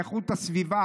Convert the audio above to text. איכות הסביבה,